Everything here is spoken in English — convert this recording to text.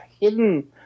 hidden